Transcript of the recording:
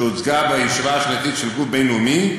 שהוצגה בישיבה השנתית של גוף בין-לאומי,